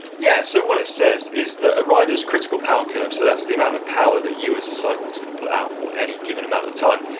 yeah, so what it says is that a rider's critical power curves, so that's the amount of power that you as a cyclist can put out for any given amount of time,